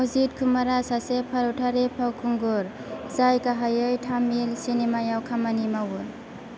अजीत कुमारा सासे भारतारि फावखुंगुर जाय गाहायै तामिल सिनेमायाव खामानि मावो